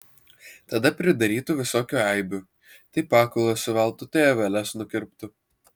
tada pridarytų visokių eibių tai pakulas suveltų tai aveles nukirptų